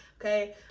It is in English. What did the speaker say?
okay